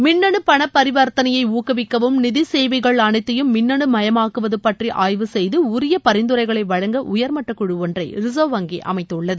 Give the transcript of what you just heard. மின்னணு பண பரிவர்த்தனைய ஊக்குவிக்கவும் நிதி சேவைகள் அனைத்தையும் மின்னணு மயமாக்குவது பற்றி ஆய்வு செய்து உரிய பரிந்துரைகளை வழங்க உயர்மட்ட குழு ஒன்றை ரிசர்வ் வங்கி அமைத்துள்ளது